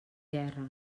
guerra